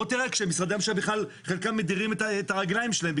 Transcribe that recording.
בוא תראה כשמשרדי הממשלה בכלל חלקם מדירים את הרגליים שלהם.